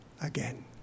again